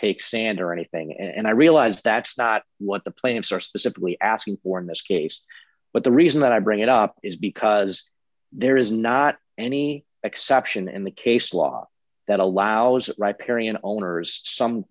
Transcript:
take sand or anything and i realize that's not what the plaintiffs are specifically asking for in this case but the reason that i bring it up is because there is not any exception in the case law that allows riparian owners some